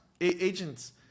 agents